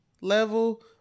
level